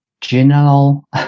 general